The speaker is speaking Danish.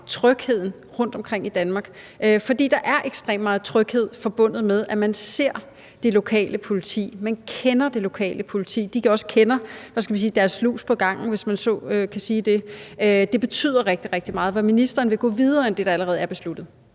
trygheden rundtomkring i Danmark. For der er ekstremt meget tryghed forbundet med, at man ser det lokale politi, man kender det lokale politi, og de også kender deres lus på gangen, hvis man kan sige det. Det betyder rigtig, rigtig meget. Vil ministeren gå videre end det, der allerede er besluttet?